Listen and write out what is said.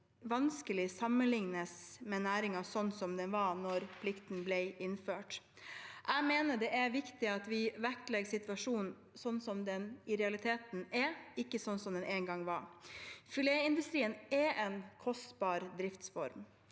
kan vanskelig sammenlignes med næringen sånn den var da plikten ble innført. Jeg mener det er viktig at vi vektlegger situasjonen sånn den i realiteten er, ikke sånn den en gang var. Filetindustrien er en kostbar driftsform.